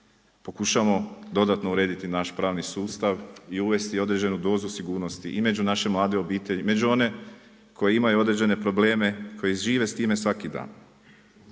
pokušamo dodatno urediti naš pravni sustav i uvesti određenu dozu sigurnosti i među naše mlade obitelji, među one koji imaju određene probleme, koji žive s time svaki dan.